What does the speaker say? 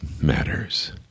matters